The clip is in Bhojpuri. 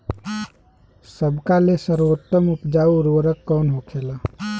सबका ले सर्वोत्तम उपजाऊ उर्वरक कवन होखेला?